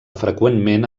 freqüentment